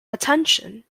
attention